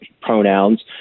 pronouns